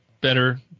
better